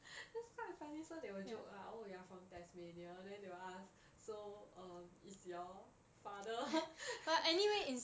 that's quite funny so they will joke ah oh you are from tasmania then they will ask so um is your father